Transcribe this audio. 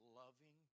loving